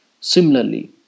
Similarly